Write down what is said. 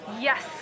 Yes